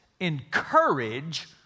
encourage